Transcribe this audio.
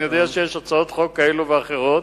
אני יודע שיש הצעות חוק כאלו ואחרות.